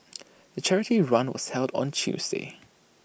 the charity run was held on Tuesday